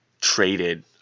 traded